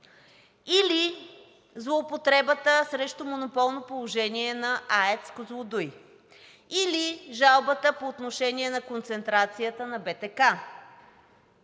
или злоупотребата срещу монополното положение на АЕЦ „Козлодуй“, или жалбата по отношение на концентрацията на БТК?